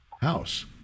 house